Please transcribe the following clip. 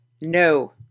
No